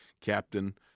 captain